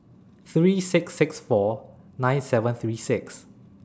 three six six four nine seven three six